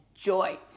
joy